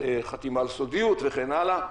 חתימה על סודיות, וכן הלאה.